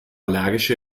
allergische